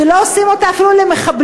שלא עושים אותה אפילו למחבלים.